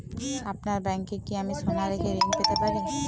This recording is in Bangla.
আপনার ব্যাংকে কি আমি সোনা রেখে ঋণ পেতে পারি?